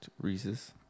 Reese's